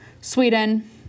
Sweden